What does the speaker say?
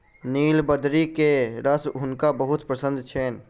नीलबदरी के रस हुनका बहुत पसंद छैन